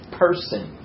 person